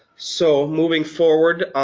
so moving forward,